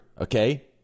okay